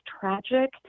tragic